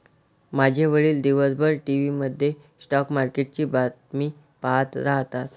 माझे वडील दिवसभर टीव्ही मध्ये स्टॉक मार्केटची बातमी पाहत राहतात